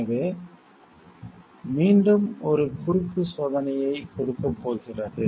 எனவே மீண்டும் ஒரு குறுக்கு சோதனையை கொடுக்கப் போகிறது